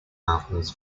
albums